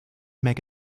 make